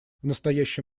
настоящий